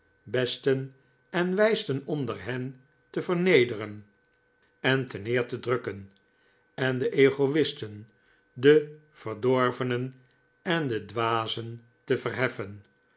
besten en wijsten onder hen te vernederen en terneer te drukken en de egoi'sten de verdorvenen en de dwazen te verheffen